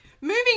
moving